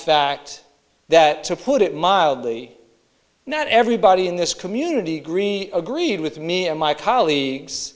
fact that to put it mildly not everybody in this community green agreed with me and my colleagues